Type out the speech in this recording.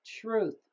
truth